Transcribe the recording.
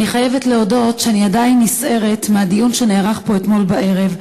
אני חייבת להודות שאני עדיין נסערת מהדיון שנערך פה אתמול בערב,